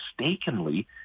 mistakenly